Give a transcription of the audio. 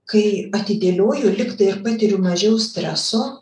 kai atidėlioju lyg tai ir patiriu mažiau streso